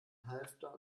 halfter